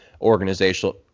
organizational